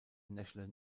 national